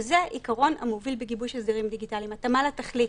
הוא שזה העיקרון המוביל בגיבוש הסדרים דיגיטליים: התאמה לתכלית,